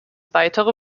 weitere